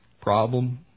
Problem